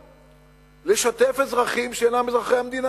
אפשר לשתף אזרחים שאינם אזרחי המדינה.